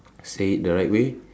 say it the right way